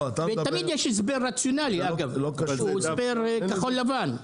תמיד יש הסבר רציונלי, אגב, הסבר כחול לבן.